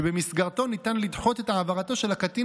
שבמסגרתו ניתן לדחות את העברתו של הקטין